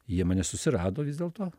jie mane susirado vis dėlto